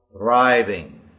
thriving